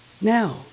Now